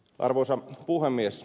arvoisa puhemies